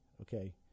Okay